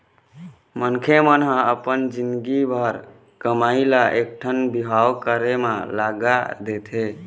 मनखे मन ह अपन जिनगी भर के कमई ल एकठन बिहाव करे म लगा देथे